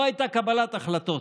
לא הייתה קבלת החלטות.